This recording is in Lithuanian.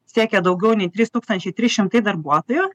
siekia daugiau nei trys tūkstančiai trys šimtai darbuotojų